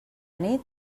nit